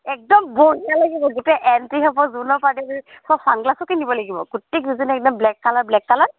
একদম বঢ়িয়া লাগিব গোটেই এণ্ট্ৰি হ'ব জোৰোণৰ পাৰ্টি সব চানগ্লাছো কিনিব লাগিব গোটেকেইজনীয়ে একদম ব্লেক কালাৰ ব্লেক কালাৰ